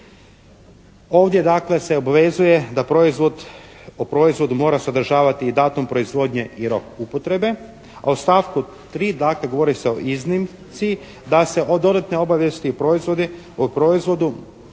da proizvod, o proizvodu mora sadržavati i datum proizvodnje i rok upotrebe, a u stavku 3. dakle govori se o iznimci da se o dodatnoj obavijesti proizvodi, o proizvodu